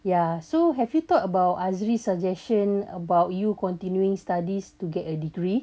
ya so have you thought about azri's suggestion about you continuing studies to get a degree